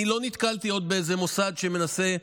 אני לא נתקלתי עדיין במוסד שמנסה,